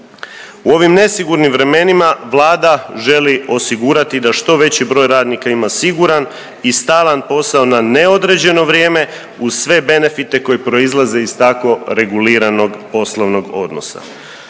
U ovim nesigurnim vremenima vlada želi osigurati da što veći broj radnika ima siguran i stalan posao na neodređeno vrijeme uz sve benefite koji proizlaze iz tako reguliranog poslovnog odnosa.